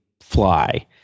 fly